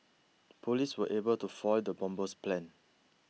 police were able to foil the bomber's plan